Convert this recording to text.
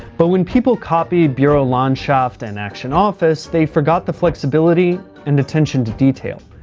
but when people copied burolandschaft and action office, they forgot the flexibility and attention to detail.